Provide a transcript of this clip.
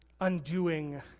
undoing